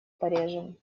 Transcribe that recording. порежем